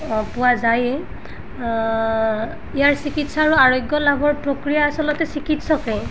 পোৱা যায়েই ইয়াৰ চিকিৎসা আৰু আৰোগ্য লাভৰ প্ৰক্ৰিয়া আচলতে চিকিৎসকে